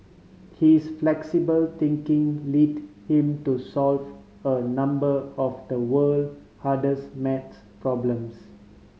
his flexible thinking led him to solve a number of the world hardest math problems